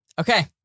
Okay